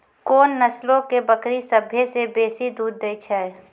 कोन नस्लो के बकरी सभ्भे से बेसी दूध दै छै?